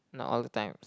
not all the time